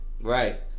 Right